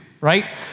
right